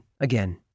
again